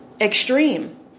Extreme